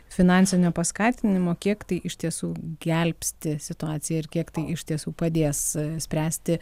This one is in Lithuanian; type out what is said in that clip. finansinio paskatinimo kiek tai iš tiesų gelbsti situaciją ir kiek tai iš tiesų padės spręsti